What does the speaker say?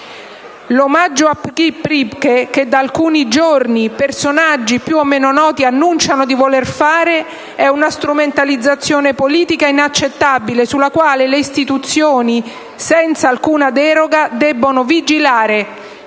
L'omaggio a Erich Priebke, che da alcuni giorni personaggi più o meno noti annunciano di voler fare, è una strumentalizzazione politica inaccettabile, sulla quale le istituzioni, senza alcuna deroga, debbono vigilare